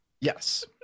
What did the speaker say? yes